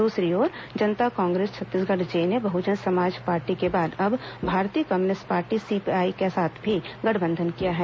दूसरी ओर जनता कांग्रेस छत्तीसगढ़ जे ने बहुजन समाज पार्टी के बाद अब भारतीय कम्युनिस्ट पार्टी सीपीआई के साथ भी गठबंधन किया है